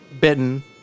bitten